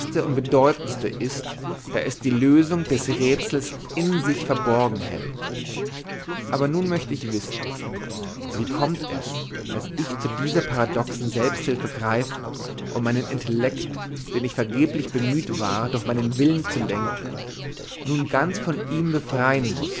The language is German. und bedeutendste ist da es die lösung des rätsels in sich verborgen hält aber nun möchte ich wissen wie kommt es daß ich zu dieser paradoxen selbsthilfe greifen und meinen intellekt den ich vergeblich bemüht war durch meinen willen zu lenken nun ganz von ihm befreien muß